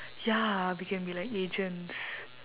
ya we can be like agents